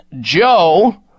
Joe